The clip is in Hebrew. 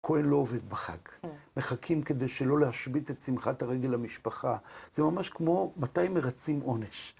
כהן לא עובד בחג, מחכים כדי שלא להשבית את שמחת הרגל למשפחה. זה ממש כמו, מתי מרצים עונש.